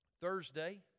Thursday